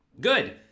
Good